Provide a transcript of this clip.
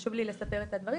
וחשוב לי לספר את הדברים,